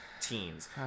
teens